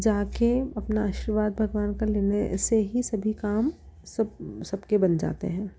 जाकर अपना आशीर्वाद भगवान का लेने से ही सभी काम सब सब के बन जाते हैं